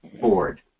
board